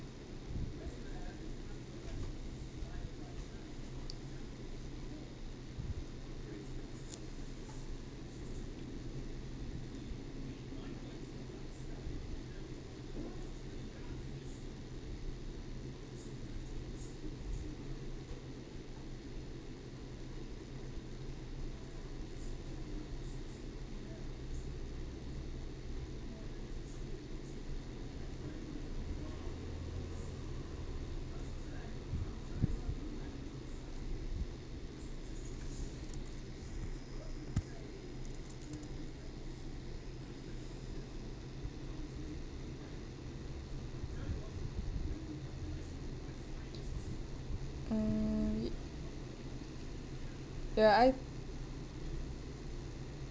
mm ya I